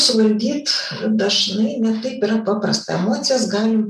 suvaldyt dažnai ne taip yra paprasta emocijas galim